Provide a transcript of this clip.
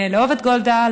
לאהוב את גולדה,